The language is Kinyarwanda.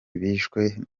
bishwe